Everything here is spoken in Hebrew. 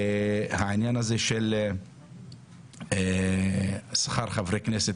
העניין הזה של שכר חברי כנסת,